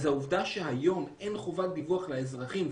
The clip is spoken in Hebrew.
העובדה שהיום אין חובת דיווח לאזרחים,